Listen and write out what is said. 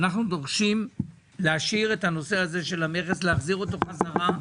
אנחנו דורשים להחזיר את המכס חזרה.